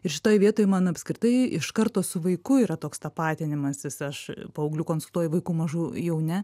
ir šitoj vietoj man apskritai iš karto su vaiku yra toks tapatinimasis aš paauglių konsultuoju vaikų mažų jau ne